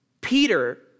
Peter